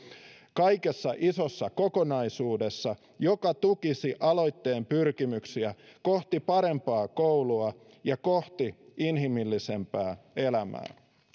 kaikessa isossa kokonaisuudessa varmasti valjastettavissa malli joka tukisi aloitteen pyrkimyksiä kohti parempaa koulua ja kohti inhimillisempää elämää